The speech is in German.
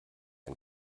ein